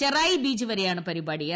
Cherai beach വരെയാണ് പരിപ്പാട്ടി